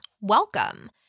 welcome